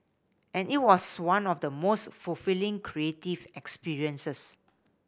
and it was one of the most fulfilling creative experiences